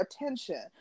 attention